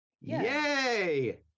yay